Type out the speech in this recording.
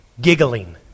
Giggling